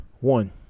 One